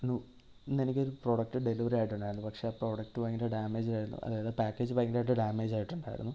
ഇന്നു ഇന്ന് എനിക്കൊരു പ്രൊഡക്ട് ഡെലിവറി ആയിട്ടുണ്ടായിരുന്നു പക്ഷേ ആ പ്രൊഡക്ട് ഭയങ്കര ഡാമേജ് ആയിരുന്നു അതായത് പാക്കേജ് ഭയങ്കരമായിട്ട് ഡാമേജ് ആയിട്ടുണ്ടായിരുന്നു